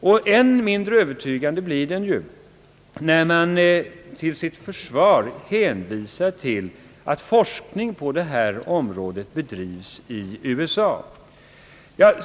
Och än mindre övertygande blir den när man till sitt försvar åberopar att forskning på området bedrivs i USA.